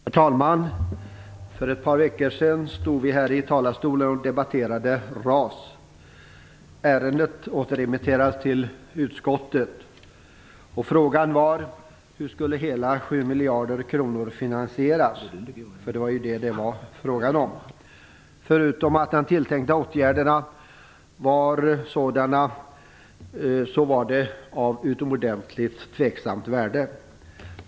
Herr talman! För ett par veckor sedan stod vi här i talarstolen och debatterade RAS. Ärendet återremitterades till utskottet. Frågan var hur hela 7 miljarder kronor skulle finansieras. Det var ju detta det var frågan om. De tilltänkta åtgärderna var av utomordentligt tveksamt värde.